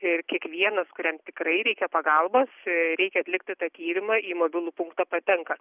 ir kiekvienas kuriam tikrai reikia pagalbos reikia atlikti tą tyrimą į mobilų punktą patenka